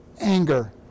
Anger